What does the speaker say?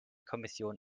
kommission